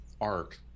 arc